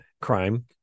crime